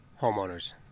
Homeowners